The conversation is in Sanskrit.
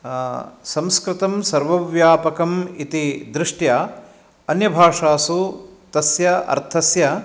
संस्कृतं सर्वव्यापकं इति दृष्ट्या अन्यभाषासु तस्य अर्थस्य